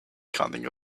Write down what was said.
cunning